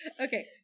Okay